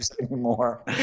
anymore